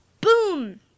Boom